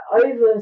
over